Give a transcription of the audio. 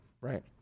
right